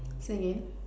say again